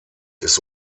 ist